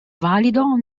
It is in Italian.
valido